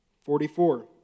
Forty-four